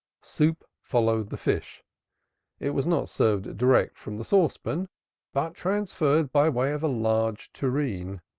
soup followed the fish it was not served direct from the saucepan but transferred by way of a large tureen